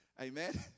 Amen